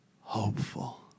hopeful